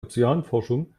ozeanforschung